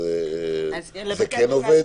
זה כן עובד?